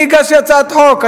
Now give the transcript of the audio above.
אני הגשתי הצעת חוק,